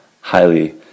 highly